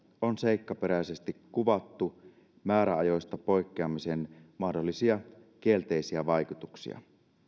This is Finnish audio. on seikkaperäisesti kuvattu määräajoista poikkeamisen mahdollisia kielteisiä vaikutuksia